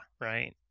right